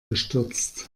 gestürzt